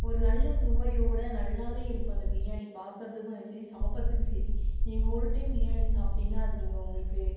ஒரு நல்ல சுவையோடு நல்லாவே இருக்கும் அந்த பிரியாணி பார்க்கறதுக்கும் சரி சாப்பிறதுக்கும் சரி நீங்கள் ஒரு டைம் பிரியாணி சாப்பிட்டிங்கன்னா அது நீங்கள் உங்களுக்கு